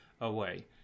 away